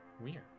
weird